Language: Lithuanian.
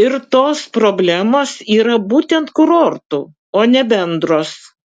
ir tos problemos yra būtent kurortų o ne bendros